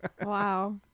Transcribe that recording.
Wow